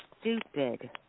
stupid